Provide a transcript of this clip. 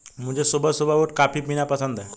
मुझे सुबह सुबह उठ कॉफ़ी पीना पसंद हैं